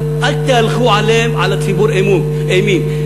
אבל אל תהלכו על הציבור אימים.